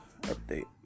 update